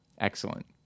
Excellent